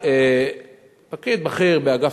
גם תיקח את הפרחים.